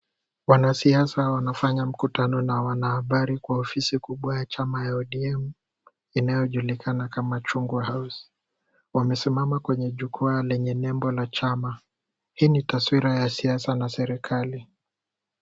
Wanasiasa wanafanya mkutano na wana habari kwa ofisi kubwa ya chama ya ODM. Inaojulikana kama Chungwa House. Wamesimama kwenye jukwaa lenye nembo la chama. Hii ni taswira ya siasa na serikali.